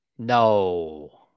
No